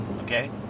okay